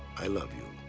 i love you.